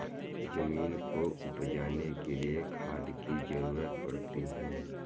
ज़मीन को उपजाने के लिए खाद की ज़रूरत पड़ती है